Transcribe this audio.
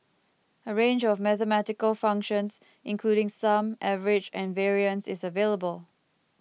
a range of mathematical functions including sum average and variance is available